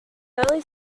early